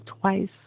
twice